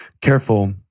careful